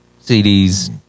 CDs